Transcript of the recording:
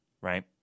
right